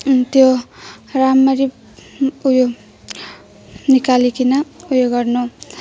त्यो राम्ररी उयो निकालिकन उयो गर्नु